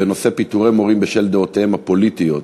בנושא: פיטורי מורים בשל דעותיהם הפוליטיות.